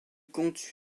compte